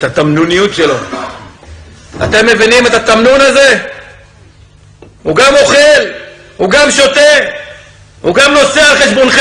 שיש לו פז"ם גם בוועדה הזאת וזה מאיר לנו צד אחר של הדברים בו